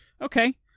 okay